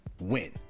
win